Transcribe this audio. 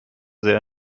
sehr